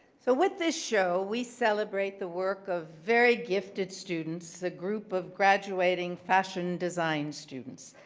so with this show, we celebrate the work of very gifted students a group of graduating fashion design students.